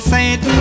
Saint